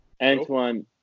Antoine